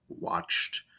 watched